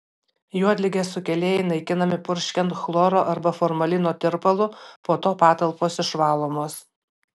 juodligės sukėlėjai naikinami purškiant chloro arba formalino tirpalu po to patalpos išvalomos